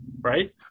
right